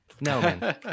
No